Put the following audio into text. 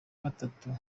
gatatu